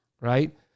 right